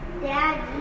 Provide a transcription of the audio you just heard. Daddy